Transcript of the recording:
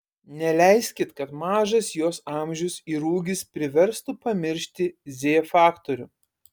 neleiskit kad mažas jos amžius ir ūgis priverstų pamiršti z faktorių